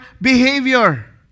behavior